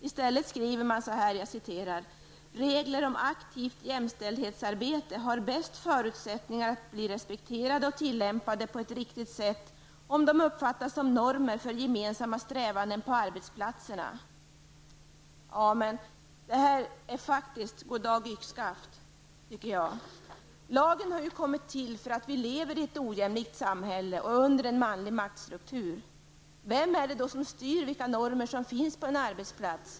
I stället skriver man att ''regler om aktivt jämställdhetsarbete har bäst förutsättningar att bli respekterade och tillämpade på ett riktigt sätt om de uppfattas som normer för gemensamma strävanden på arbetsplatserna.'' Det är ju goddag -- yxskaft! Lagen har kommit till för att vi lever i ett ojämlikt samhälle och under en manlig maktstruktur. Vem är det då som styr vilka normer som finns på en arbetsplats?